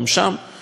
כפי שאמרתי,